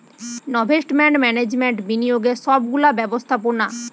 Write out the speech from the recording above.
investment management বিনিয়োগের সব গুলা ব্যবস্থাপোনা